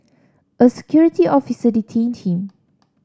a security officer detained him